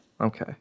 Okay